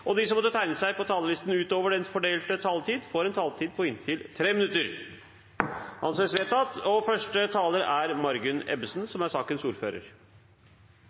og de som måtte tegne seg på talerlisten utover den fordelte taletid, får en taletid på inntil 3 minutter. Jeg takker komiteen for et godt samarbeid ved behandlingen av frihandelsavtale mellom EFTA-statene og Indonesia. Det er